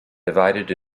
divided